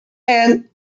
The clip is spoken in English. and